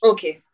Okay